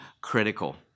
critical